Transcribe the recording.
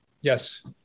Yes